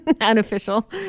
Unofficial